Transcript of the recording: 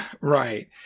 right